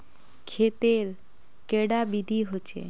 खेत तेर कैडा विधि होचे?